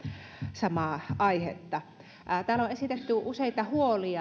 samaa aihetta täällä on esitetty useita huolia